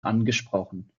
angesprochen